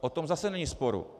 O tom zase není sporu.